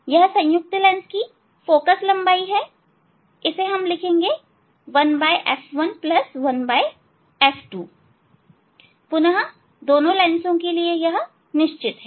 यह संयुक्त फोकल लंबाई 1 f1 1 f2 है यह पुनः दोनों लेंस के लिए निश्चित है